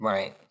Right